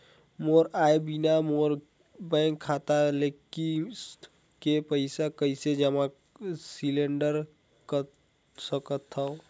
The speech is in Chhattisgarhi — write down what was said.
मोर आय बिना मोर बैंक खाता ले किस्त के पईसा कइसे जमा सिलेंडर सकथव?